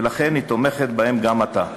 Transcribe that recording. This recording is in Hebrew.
ולכן היא תומכת בהם גם עתה.